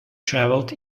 travelled